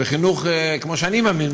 וחינוך כמו שאני מאמין,